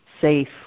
safe